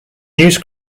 news